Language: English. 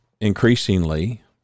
increasingly